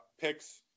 picks